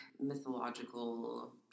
mythological